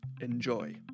Enjoy